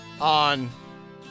on